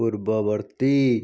ପୂର୍ବବର୍ତ୍ତୀ